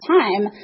time